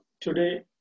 today